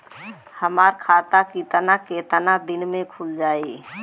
हमर खाता कितना केतना दिन में खुल जाई?